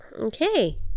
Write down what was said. Okay